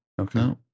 Okay